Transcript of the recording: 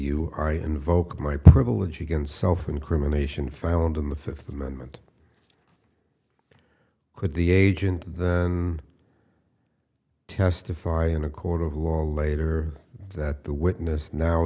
you are you invoke my privilege against self incrimination found in the fifth amendment could the agent then testify in a court of law later that the witness now